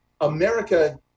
America